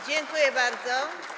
Dziękuję bardzo.